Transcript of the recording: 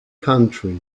country